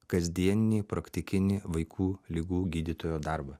kasdieninį praktikinį vaikų ligų gydytojo darbą